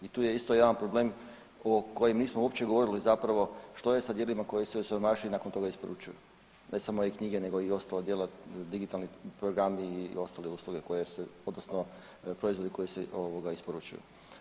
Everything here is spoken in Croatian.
I tu je isto jedan problem o kojem nismo uopće govorili zapravo što je sa djelima koji se osiromašuju i nakon toga isporučuju, ne samo ove knjige nego i ostala djela, digitalni programi i ostale usluge koje se, odnosno proizvodi koji se isporučuju.